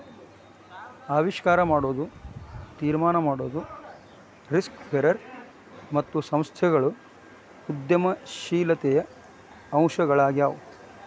ಆವಿಷ್ಕಾರ ಮಾಡೊದು, ತೀರ್ಮಾನ ಮಾಡೊದು, ರಿಸ್ಕ್ ಬೇರರ್ ಮತ್ತು ಸಂಸ್ಥೆಗಳು ಉದ್ಯಮಶೇಲತೆಯ ಅಂಶಗಳಾಗ್ಯಾವು